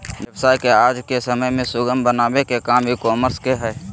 व्यवसाय के आज के समय में सुगम बनावे के काम ई कॉमर्स के हय